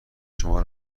شما